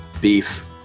beef